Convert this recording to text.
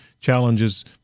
challenges